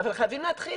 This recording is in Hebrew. חייבים להתחיל,